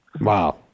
Wow